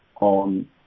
on